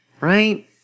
Right